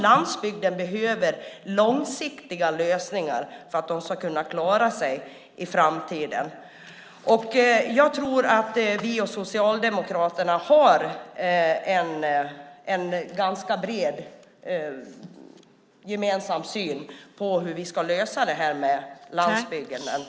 Landsbygden behöver långsiktiga lösningar för att kunna klara sig i framtiden. Jag tror att vi och Socialdemokraterna har ganska bred samsyn om hur vi ska lösa landsbygdsfrågorna.